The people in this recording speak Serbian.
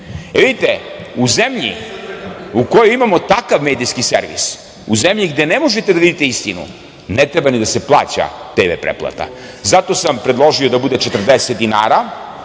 E vidite, u zemlji u kojoj imamo takav medijski servis, u zemlji gde ne možete da vidite istinu, ne treba ni da se plaća TV pretplata. Zato sam predložio da bude 40 dinara,